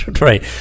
Right